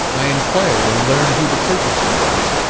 i inquired and learned who the purchaser was,